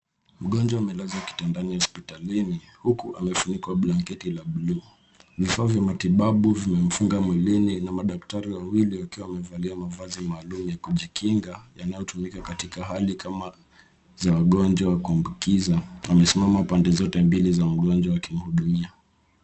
Mgonjwa amelazwa kitandani hosptalini, huku amefunikwa blanketi la buluu. Vifaa vya matibabu vimemfunga mwilini na madktari wawili wakiwa wamevalia mavazi maalum ya kujikinga yanayotumika katika hali kama za wagonjwa kuambukiza. Wamesimama pande zote mbili za mgonjwa wakimhudumia.